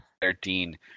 Thirteen